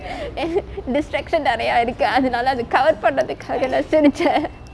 eh distraction நெரையா இருக்கு அதனாலே அத:neraiyaa iruku athenaale athe cover பண்றதுக்காக நா சிரிச்சே:pandrathukaage naa sirichae